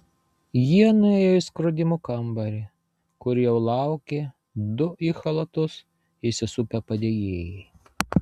jie nuėjo į skrodimų kambarį kur jau laukė du į chalatus įsisupę padėjėjai